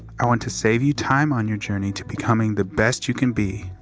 i want to save you time on your journey to becoming the best you can be.